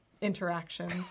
interactions